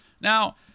Now